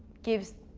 gives